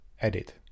edit